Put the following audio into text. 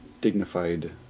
dignified